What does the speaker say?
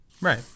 Right